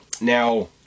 Now